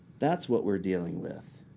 that's what we're dealing with.